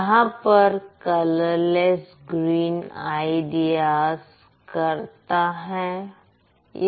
यहां पर colourless green ideas करता है